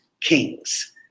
kings